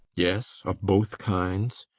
yes, of both kinds.